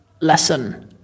lesson